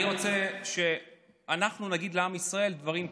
אני רוצה שאנחנו נגיד לעם ישראל דברים כנים.